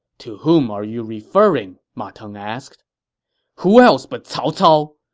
to whom are you referring? ma teng asked who else but cao cao!